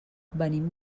venim